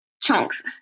chunks